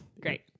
Great